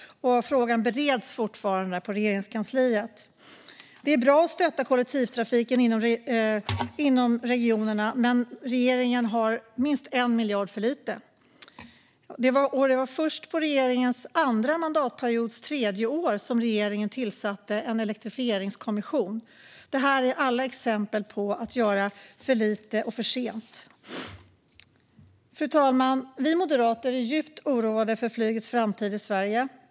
Frågan bereds fortfarande i Regeringskansliet. Det är bra att stötta kollektivtrafiken inom regionerna, men regeringen ger minst 1 miljard för lite. Det var först på regeringens andra mandatperiods tredje år som regeringen tillsatte en elektrifieringskommission. Allt detta är exempel på att göra för lite och för sent. Fru talman! Vi moderater är djupt oroade för flygets framtid i Sverige.